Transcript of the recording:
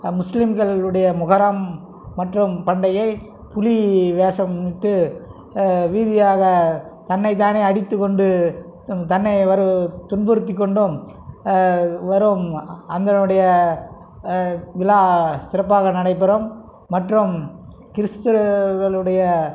முஸ்லீம்கள் உடைய மொஹரம் மற்றும் பண்டையை புலி வேஷம் இட்டு வீதியாக தன்னை தானே அடித்து கொண்டு தன்னை ஒரு துன்புறுத்தி கொண்டும் வரும் அதனுடைய விழா சிறப்பாக நடைபெறும் மற்றும் கிறிஸ்துவர்களுடைய